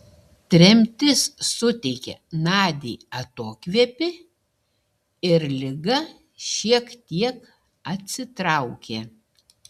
tremtis suteikė nadiai atokvėpį ir liga šiek tiek atsitraukė